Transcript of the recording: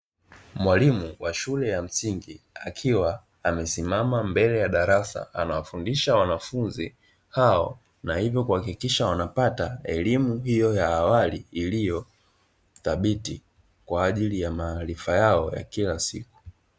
Mwalimu wa shule ya msingi akiwa amesimama mbele ya darasa anawafundisha wanafunzi hao, na hivyo kuhakikisha wana pata elimu hiyo ya awali iliyodhabiti kwa ajili ya maarifa yao ya kila siku.